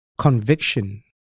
Conviction